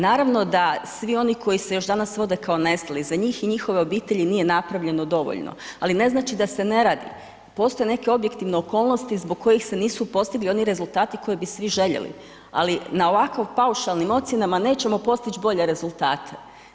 Naravno da svi oni koji se još danas vode kao nestali, za njih i njihove obitelji nije napravljeno dovoljno, ali ne znači da se ne radi, postoje neke objektivne okolnosti zbog kojih se nisu postigli oni rezultati koji bi svi željeli, ali na ovakvim paušalnim ocjenama nećemo postić bolje rezultate.